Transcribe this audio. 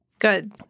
good